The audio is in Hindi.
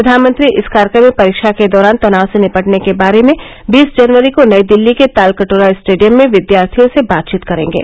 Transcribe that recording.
प्रधानमंत्री इस कार्यक्रम में परीक्षा के दौरान तनाव से निपटने के बारे में बीस जनवरी को नई दिल्ली के तालकटोरा स्टेडियम में विद्यार्थियों से बातचीत करेंगे